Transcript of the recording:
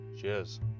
cheers